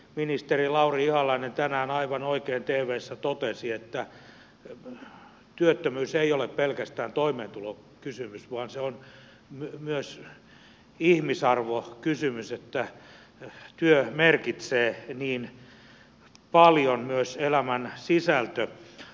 ministeri lauri ihalainen tänään aivan oikein tvssä totesi että työttömyys ei ole pelkästään toimeentulokysymys vaan se on myös ihmisarvokysymys että työ merkitsee niin paljon myös elämänsisältökysymyksenä